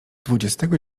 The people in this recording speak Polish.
dwudziestego